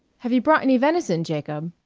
have you brought any venison, jacob?